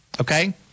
Okay